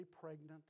pregnant